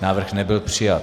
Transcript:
Návrh nebyl přijat.